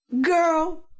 Girl